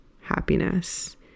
happiness